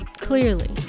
Clearly